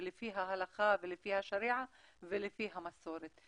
ולפי ההלכה ולפי השריעה ולפי המסורת.